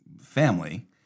family